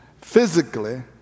physically